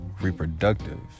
reproductive